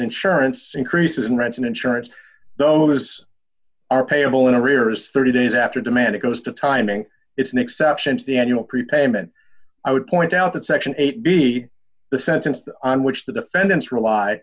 insurance increases in rent and insurance doas are payable in arrears thirty days after demand it goes to timing it's an exception to the annual prepayment i would point out that section eight be the sentence that on which the defendants rely